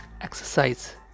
Exercise